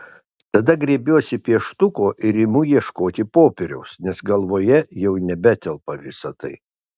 tada griebiuosi pieštuko ir imu ieškoti popieriaus nes galvoje jau nebetelpa visa tai